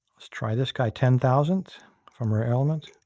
let's try this guy ten thousand from rare elements.